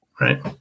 Right